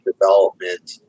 development